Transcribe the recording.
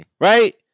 right